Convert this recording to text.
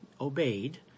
obeyed